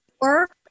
work